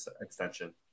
extension